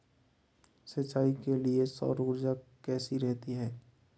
सिंचाई के लिए सौर ऊर्जा कैसी रहती है?